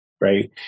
right